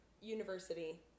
university